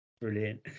Brilliant